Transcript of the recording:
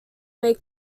may